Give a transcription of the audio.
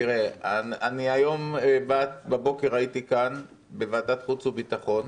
תראה, היום בבוקר הייתי כאן בוועדת החוץ והביטחון,